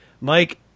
Mike